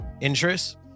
interests